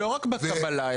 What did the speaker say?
כן.